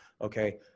Okay